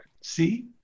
See